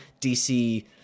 DC